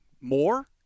more